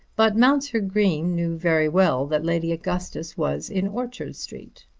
but mounser green knew very well that lady augustus was in orchard street,